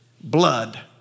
blood